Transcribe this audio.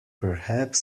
perhaps